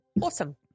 Awesome